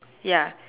ya